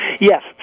Yes